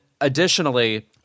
additionally